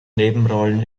nebenrollen